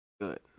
Good